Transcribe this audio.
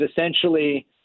essentially